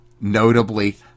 notably